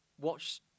watch